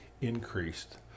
increased